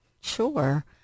Sure